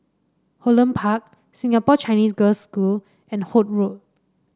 Holland Park Singapore Chinese Girls' School and Holt Road